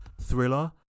thriller